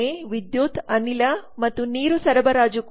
ವಿದ್ಯುತ್ ಅನಿಲ ಮತ್ತು ನೀರು ಸರಬರಾಜು ಕೂಡ 4